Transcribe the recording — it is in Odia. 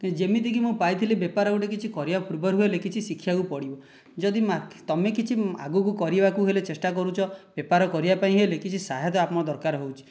ଯେମିତିକି ମୁଁ ପାଇଥିଲି ବେପାର ଗୋଟେ କିଛି କରିବା ପୂର୍ବରୁ ହେଲେ କିଛି ଶିଖିବାକୁ ପଡ଼ିବ ଯଦି ତମେ କିଛି ଆଗକୁ କରିବାକୁ ହେଲେ ଚେଷ୍ଟା କରୁଛ ବେପାର କରିବା ପାଇଁ ହେଲେ କିଛି ସହାୟତା ଆମକୁ ଦରକାର ହୋଉଛି